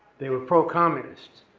they were pro-communist.